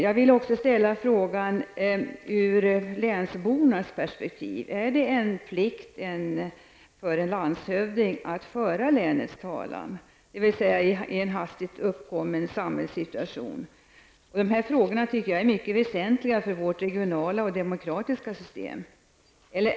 Jag vill också ställa denna fråga ur länsbornas perspektiv. Är det en plikt för en landshövding att föra länets talan, dvs. i en hastigt uppkommen samhällssituation? Dessa frågor är mycket väsentliga för vårt regionala och demokratiska system.